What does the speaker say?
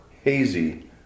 Hazy